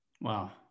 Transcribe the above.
Wow